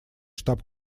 штаб